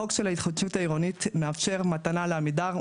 החוק של ההתחדשות העירונית מאפשר מתנה לעמידר.